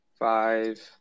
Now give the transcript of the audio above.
five